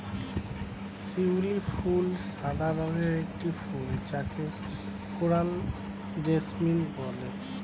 শিউলি ফুল সাদা রঙের একটি ফুল যাকে কোরাল জেসমিন বলে